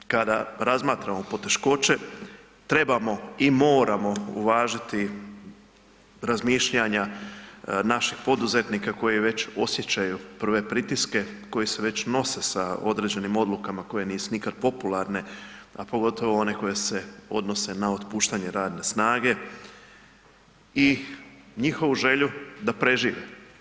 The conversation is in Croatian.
A danas kada razmatramo poteškoće trebamo i moramo uvažiti razmišljanja naših poduzetnika koji već osjećaju prve pritiske, koji se već nose sa određenim odlukama koje nisu nikad popularne, a pogotovo one koje se odnose na otpuštanje radne snage i njihovu želju da prežive.